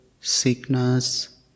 sickness